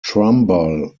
trumbull